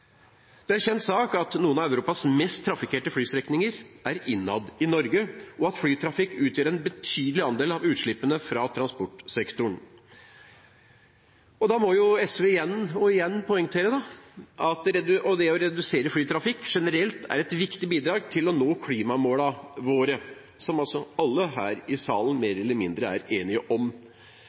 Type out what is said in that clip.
Det er en kjent sak at noen av Europas mest trafikkerte flystrekninger er innad i Norge, og at flytrafikk utgjør en betydelig andel av utslippene fra transportsektoren. Da må SV igjen poengtere at det å redusere flytrafikk generelt er et viktig bidrag til å nå klimamålene våre – som altså alle her i salen mer eller mindre er enige om.